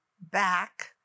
back